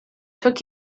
took